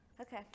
okay